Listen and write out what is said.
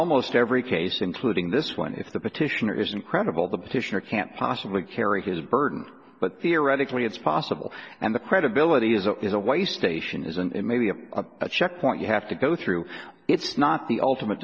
almost every case including this one if the petitioner isn't credible the petitioner can't possibly carry his burden but theoretically it's possible and the credibility is a is a way station isn't it may be a check point you have to go through it's not the ultimate